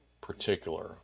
particular